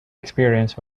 experience